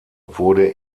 wurde